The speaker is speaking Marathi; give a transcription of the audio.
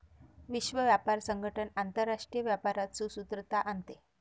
विश्व व्यापार संगठन आंतरराष्ट्रीय व्यापारात सुसूत्रता आणते